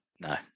No